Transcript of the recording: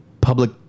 public